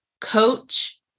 coach